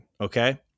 Okay